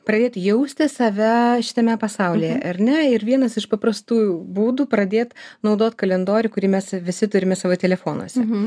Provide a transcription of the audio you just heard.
pradėt jausti save šitame pasaulyje arne ir vienas iš paprastu būdu pradėt naudot kalendorių kurį mes visi turime savo telefonuose